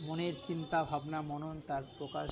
মনের চিন্তা ভাবনা মনন তার প্রকাশ